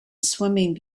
swimming